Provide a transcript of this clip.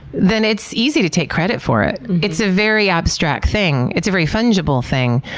then it's easy to take credit for it. it's a very abstract thing. it's a very fungible thing.